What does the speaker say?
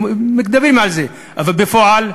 אבל בפועל,